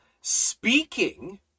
speaking